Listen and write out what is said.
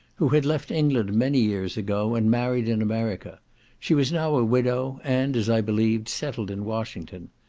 who had left england many years ago, and married in america she was now a widow, and, as i believed, settled in washington.